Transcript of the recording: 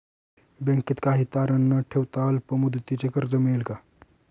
बँकेत काही तारण न ठेवता अल्प मुदतीचे कर्ज मिळेल का?